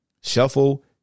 Shuffle